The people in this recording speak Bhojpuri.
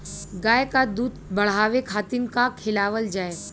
गाय क दूध बढ़ावे खातिन का खेलावल जाय?